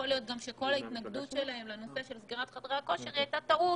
שיכול להיות גם שכל ההתנגדות שלהם בנושא סגירת חדרי הכושר הייתה טעות.